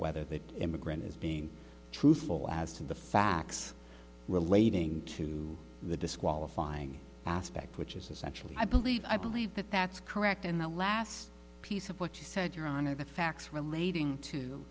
whether the immigrant is being truthful as to the facts relating to the disqualifying aspect which is essentially i believe i believe that that's correct and the last piece of what she said your honor the facts relating to